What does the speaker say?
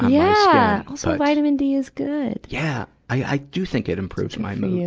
yeah. also, vitamin d is good. yeah. i, i do think it improves my mood.